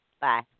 Bye